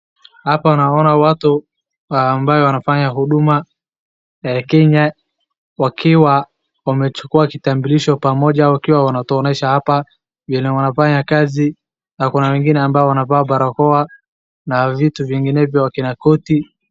Hapa naona watu ambao wanafanya huduma Kenya wakiwa wamechukua kitambulisho pamoja wakiwa wanatuonyesha hapa vile wanafanya kazi na kuna wengine ambao wanavaa barakoa na vitu vinginevyo wako na koti.